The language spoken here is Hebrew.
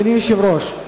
אדוני היושב-ראש,